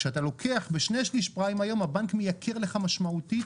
כשאתה לוקח בשני שליש פריים היום הבנק מייקר לך משמעותית